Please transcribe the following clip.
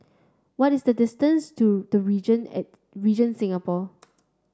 what is the distance to The Regent Regent Singapore